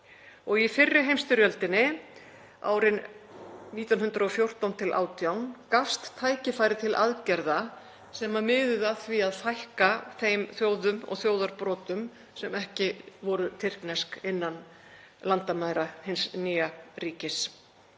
Í fyrri heimsstyrjöldinni, árin 1914–1918, gafst tækifæri til aðgerða sem miðuðu að því að fækka þeim þjóðum og þjóðarbrotum sem ekki voru tyrknesk innan landamæra hins nýja ríkis,